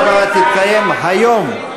הישיבה הבאה תתקיים היום,